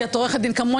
כי את עורכת דין כמוני,